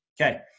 okay